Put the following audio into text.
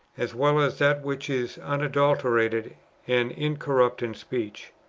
as well as that which is unadulterated and incorrupt in speech.